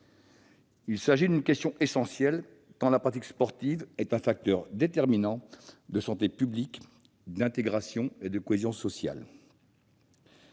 Il s'agit d'une question essentielle, tant la pratique sportive est un facteur déterminant de santé publique, d'intégration et de cohésion sociale.